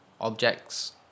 objects